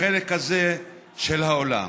בחלק הזה של האולם,